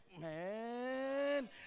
man